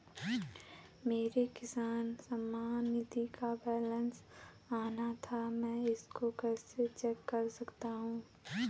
मेरा किसान सम्मान निधि का बैलेंस आना था मैं इसको कैसे चेक कर सकता हूँ?